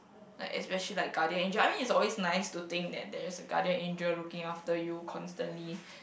like especially like guardian angel I mean it's always nice to think that there is a guardian angel looking after you constantly